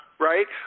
Right